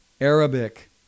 Arabic